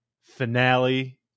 finale